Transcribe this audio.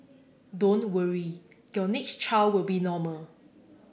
don't worry your next child will be normal